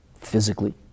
physically